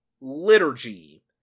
Liturgy